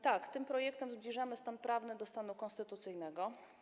Tak, tym projektem zbliżamy stan prawny do stanu konstytucyjnego.